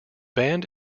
band